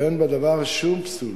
ואין בדבר שום פסול.